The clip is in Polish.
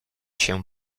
się